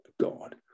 God